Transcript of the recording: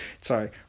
sorry